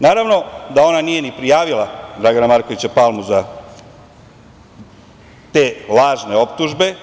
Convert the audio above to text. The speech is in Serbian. Naravno da ona nije ni prijavila Dragana Markovića Palmu za te lažne optužbe.